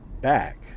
back